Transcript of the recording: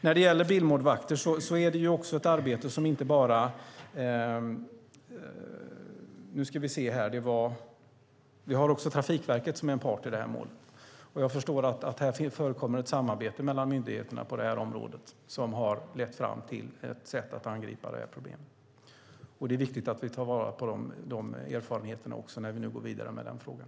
När det gäller bilmålvakter är också Trafikverket en part i målet. Jag förstår att det förekommer ett samarbete mellan myndigheterna på det här området som har lett fram till ett sätt att angripa problemet. Det är viktigt att vi tar vara på de erfarenheterna när vi nu går vidare med frågan.